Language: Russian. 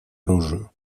оружию